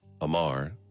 Amar